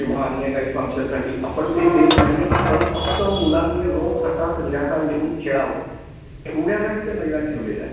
किंवा अन्य काही फंक्शनसाठी आपण ते देत नाही आपण फक्त मुलांनी रोज सकाळ संध्याकाळ येऊन खेळावं एवढ्यासाठी ते मैदान ठेवलेलं आहे